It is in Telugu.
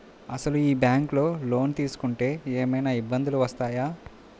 అసలు ఈ బ్యాంక్లో లోన్ తీసుకుంటే ఏమయినా ఇబ్బందులు వస్తాయా?